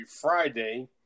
Friday